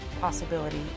possibility